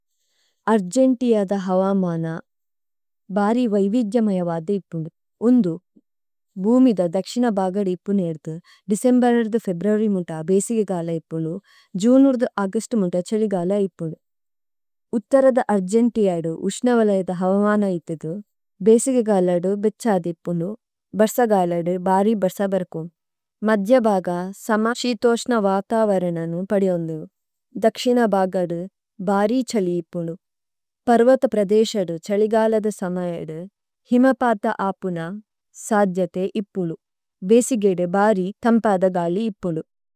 അരജനടിയദ ഹവാമാനാ ബാരി വഈവിജജമയ വാധിപിലി। ഗംമിദ ദകഷിനാ ബാഗാഡി ഇപിനഇടി, ഡിസിംബരരിദ ഫഇബരരി മിടാ ബഏസിഗാലാ ഇപിനി, ജഊനരദ ആഗിസടി മ� ചലിഗാലാ ഇപിനി, ഉതരദ അരജിംടിയാഡം ഉശനവലയദ ഹവവാനാ ഇപിദ, ബഏസിഗാലാഡം വിചാദി ഇപിനി, ബരസഗ സമായദ, ഹിമാപാഥാ ആപനാ, സാധിയതഇ ഇപിദ, ബഏസിഗാലാഡം ബാരി തമപാദഗാലി ഇപിദ।